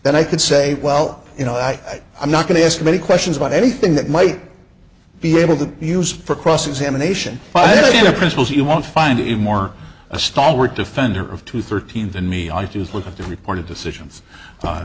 then i could say well you know i i'm not going to ask many questions about anything that might be able to use for cross examination by the principals you won't find it more a stalwart defender of two thirteen than me i just look at the reported decisions